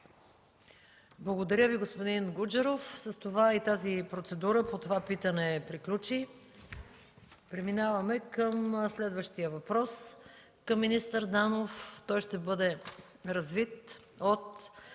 Благодаря Ви, господин Гуджеров. С това и процедурата по това питане приключи. Преминаваме към следващия въпрос към министър Данов. Той ще бъде развит от